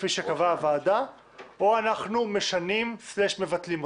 כפי שקבעה הוועדה, או אנחנו משנים/מבטלים אותו.